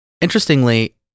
interestingly